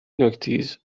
نوکتیز